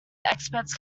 experts